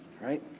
Right